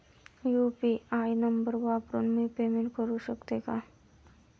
UPI number वापरून मी payment करू शकते का?